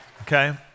Okay